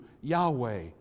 Yahweh